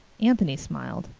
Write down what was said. anthony smiled.